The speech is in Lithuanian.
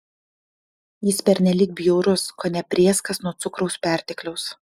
jis pernelyg bjaurus kone prėskas nuo cukraus pertekliaus